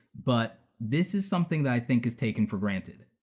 but this is something that i think is taken for granted.